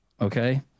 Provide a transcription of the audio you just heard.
Okay